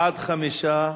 בעד, 5,